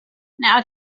now